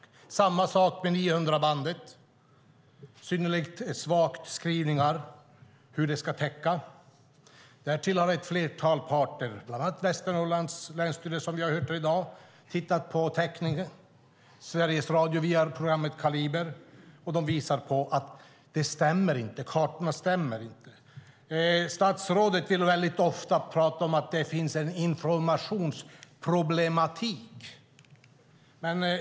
Det är likadant med 900-bandet. Det är synnerligen svaga skrivningar om hur det ska täcka. Därtill har ett flertal parter, bland annat Länsstyrelsen i Västernorrlands län, som vi har hört om här i dag, tittat på täckning, liksom Sveriges Radios program Kaliber . De visar på att kartorna inte stämmer. Statsrådet vill väldigt ofta prata om att det finns en informationsproblematik.